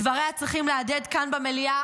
דבריה צריכים להדהד כאן במליאה,